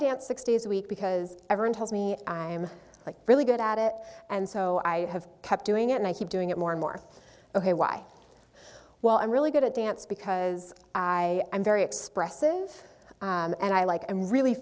dance six days a week because everyone tells me i'm like really good at it and so i have kept doing it and i keep doing it more and more ok why well i'm really good at dance because i am very expressive and i like i'm really